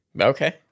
Okay